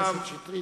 חבר הכנסת שטרית,